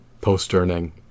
post-earning